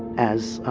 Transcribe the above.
as